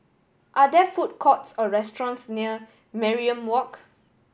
are there food courts or restaurants near Mariam Walk